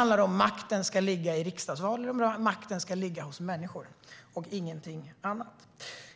handlar om makten ska ligga i riksdagsval eller om makten ska ligga hos människor - ingenting annat.